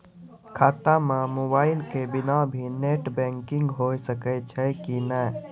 खाता म मोबाइल के बिना भी नेट बैंकिग होय सकैय छै कि नै?